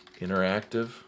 Interactive